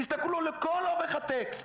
תסתכלו לכל אורך הטקסט.